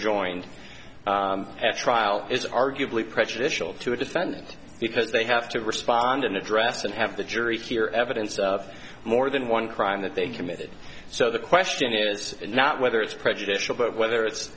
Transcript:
joined at trial is arguably prejudicial to a defendant because they have to respond and address and have the jury hear evidence of more than one crime that they committed so the question is not whether it's prejudicial but whether it's